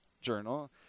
Journal